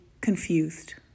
confused